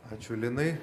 ačiū linai